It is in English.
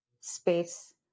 space